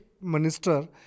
minister